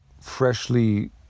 freshly